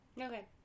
Okay